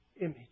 image